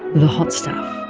the hot stuff,